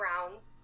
rounds